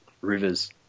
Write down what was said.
rivers